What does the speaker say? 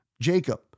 Jacob